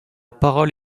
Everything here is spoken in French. parole